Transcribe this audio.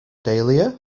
dahlia